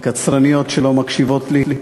קצרניות שלא מקשיבות לי,